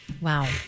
Wow